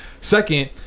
Second